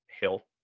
hill